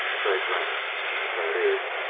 they drank that is,